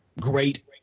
great